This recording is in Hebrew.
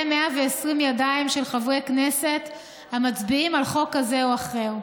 120 ידיים של חברי כנסת המצביעים על חוק כזה או אחר.